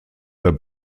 der